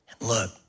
look